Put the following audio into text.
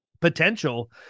potential